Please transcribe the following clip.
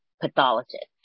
pathologist